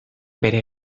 bere